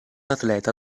atleta